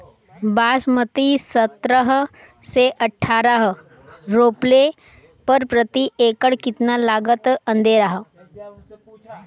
बासमती सत्रह से अठारह रोपले पर प्रति एकड़ कितना लागत अंधेरा?